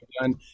done